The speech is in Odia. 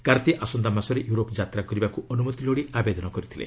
କାର୍ତ୍ତି ଆସନ୍ତା ମାସରେ ୟୁରୋପ ଯାତ୍ରା କରିବାକୁ ଅନୁମତି ଲୋଡ଼ି ଆବେଦନ କରିଥିଲେ